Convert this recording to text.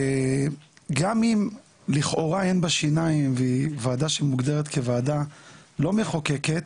וגם אם לכאורה אין בה שיניים והיא ועדה שמוגדרת כוועדה לא מחוקקת,